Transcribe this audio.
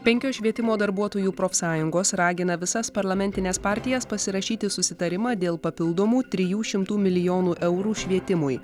penkios švietimo darbuotojų profsąjungos ragina visas parlamentines partijas pasirašyti susitarimą dėl papildomų trijų šimtų milijonų eurų švietimui